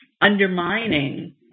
undermining